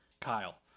Kyle